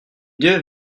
deux